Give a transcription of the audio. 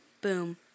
boom